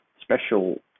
special